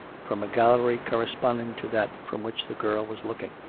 from a gallery corresponding to that from which the girl was looking.